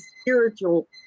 Spiritual